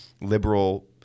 liberal